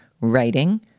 writing